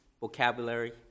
vocabulary